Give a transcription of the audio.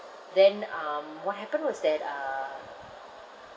then um what happened was that uh